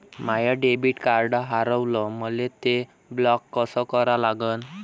माय debit card हारवलं, मले ते ब्लॉक कस करा लागन?